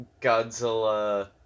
Godzilla